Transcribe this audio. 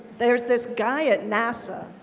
there's this guy at nasa